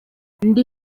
ndi